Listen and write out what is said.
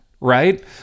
right